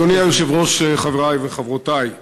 אדוני היושב-ראש, חברי וחברותי,